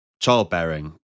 childbearing